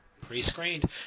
pre-screened